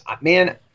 man